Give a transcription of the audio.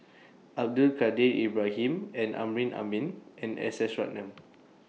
Abdul Kadir Ibrahim Amrin Amin and S S Ratnam